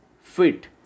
fit